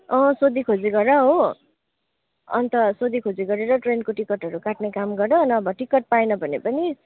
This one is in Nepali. अँ सोधीखोजी गर हो अन्त सोधीखोजी गरेर ट्रेनको टिकटहरू काट्ने काम गर नभए टिकट पाएन भने पनि